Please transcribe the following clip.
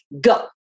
Go